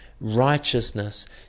Righteousness